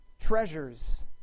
treasures